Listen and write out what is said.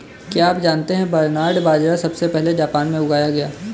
क्या आप जानते है बरनार्ड बाजरा सबसे पहले जापान में उगाया गया